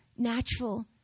natural